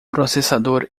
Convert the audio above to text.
processador